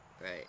right